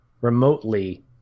remotely